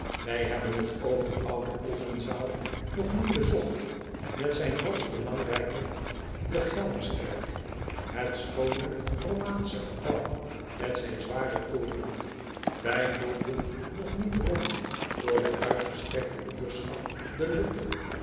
ij hebben het overoude ldenzaal nog niet bezocht met zijn hoogst belangrijke l e c h e l m u s k e r k het schoone omaansche gebouw met zijn zwaren toren ij doolden nog niet rond door de uitgestrekte buurschap